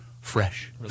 fresh